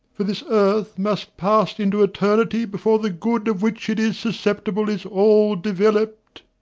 for this earth must pass into eternity before the good of which it is susceptible is all developed.